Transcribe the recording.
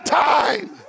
time